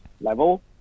level